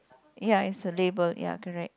ya is a label ya correct